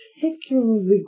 particularly